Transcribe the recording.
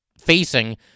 facing